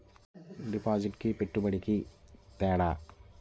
డిపాజిట్కి పెట్టుబడికి తేడా?